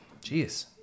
Jeez